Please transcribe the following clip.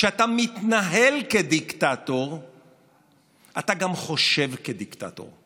כשאתה מתנהל כדיקטטור אתה גם חושב כדיקטטור,